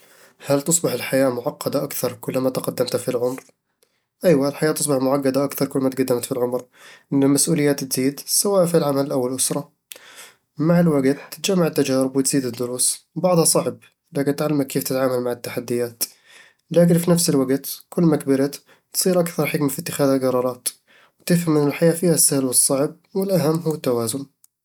هل تصبح الحياة معقدة أكثر كلما تقدمت في العُمر؟ أيوه، الحياة تصبح معقدة أكثر كلما تقدمت في العمر، لأن المسؤوليات تزيد، سواء في العمل أو الأسرة مع الوقت، تتجمع التجارب وتزيد الدروس، وبعضها صعب، لكن تعلمك كيف تتعامل مع التحديات لكن في نفس الوقت، كلما كبرت، تصير أكثر حكمة في اتخاذ القرارات، وتفهم أن الحياة فيها السهل والصعب، والأهم هو التوازن